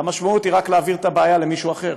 המשמעות היא רק להעביר את הבעיה למישהו אחר.